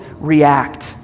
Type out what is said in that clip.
react